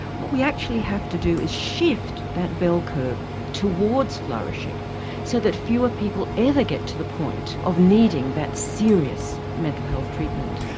what we actually have to do is shift that bell curve towards flourishing so that fewer people ever get to the point of needing that serious mental health treatment.